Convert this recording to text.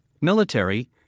military